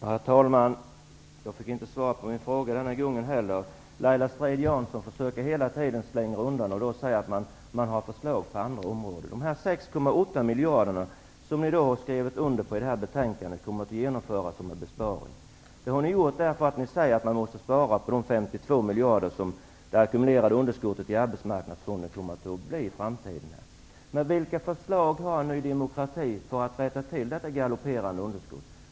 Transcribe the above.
Herr talman! Jag fick inte heller denna gång svar på min fråga. Laila Strid-Jansson försöker hela tiden att slingra sig undan med att säga att Ny demokrati har förslag på andra områden. De 6,8 miljarderna, som ni har skrivit under i det här betänkandet, kommer att genomföras som en besparing. Detta har ni gjort därför att ni säger att man måste spara de 52 miljarder som det ackumulerade underskottet i arbetsmarknadsfonden kommer att bli i framtiden. Men vilka förslag har Ny demokrati för att rätta till detta galopperande underskott?